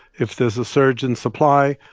if there's a surge in supply,